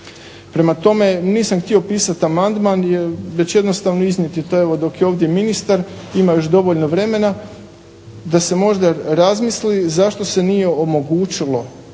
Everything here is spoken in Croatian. Prema tome nisam htio pisati amandman već jednostavno iznijeti to dok je ovdje ministra, ima još dovoljno vremena da se možda razmisli zašto se nije omogućilo